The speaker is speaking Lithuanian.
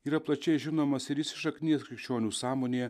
yra plačiai žinomas ir įsišaknijęs krikščionių sąmonėje